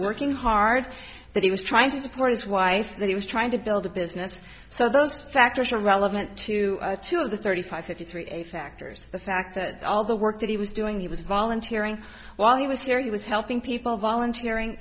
working hard that he was trying to support his wife that he was trying to build a business so those factors are relevant to two of the thirty five fifty three a factors the fact that all the work that he was doing he was volunteering while he was here he was helping people volunteering